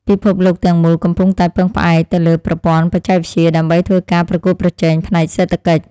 ពិភពលោកទាំងមូលកំពុងតែពឹងផ្អែកទៅលើប្រព័ន្ធបច្ចេកវិទ្យា ដើម្បីធ្វើការប្រកួតប្រជែងផ្នែកសេដ្ឋកិច្ច។